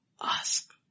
ask